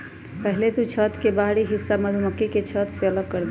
पहले तु छत्त के बाहरी हिस्सा मधुमक्खी के छत्त से अलग करदे